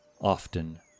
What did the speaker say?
Often